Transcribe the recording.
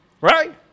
Right